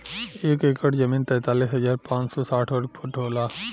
एक एकड़ जमीन तैंतालीस हजार पांच सौ साठ वर्ग फुट होला